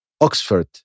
Oxford